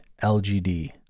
LGD